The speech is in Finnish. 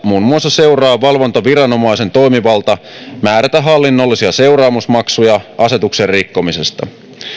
seuraa valvontaviranomaisen toimivalta määrätä hallinnollisia seuraamusmaksuja asetuksen rikkomisesta